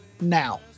now